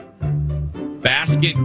Basket